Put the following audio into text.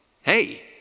hey